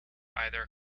either